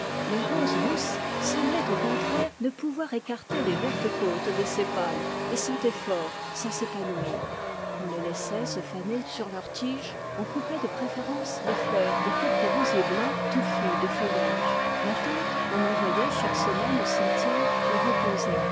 les roses mousse semblaient au contraire ne pouvoir écarter les vertes côtes des sépales et sentaient fort sans s'épanouir on les laissait se faner sur leur tige on coupait de préférence les fleurs de quelques rosiers blancs touffus de feuillage ma tante en envoyait chaque semaine au cimetière où reposait